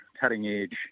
cutting-edge